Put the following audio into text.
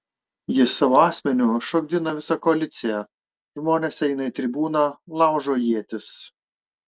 jis savo asmeniu šokdina visą koaliciją žmonės eina į tribūną laužo ietis